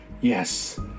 yes